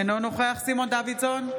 אינו נוכח סימון דוידסון,